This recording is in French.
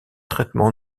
traitement